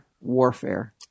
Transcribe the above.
warfare